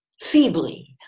Feebly